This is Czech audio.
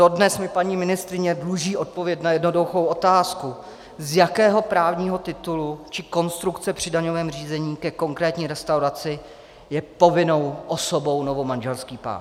Dodnes mi paní ministryně dluží odpověď na jednoduchou otázku, z jakého právního titulu či konstrukce při daňovém řízení ke konkrétní restauraci je povinnou osobou novomanželský pár.